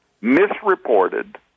misreported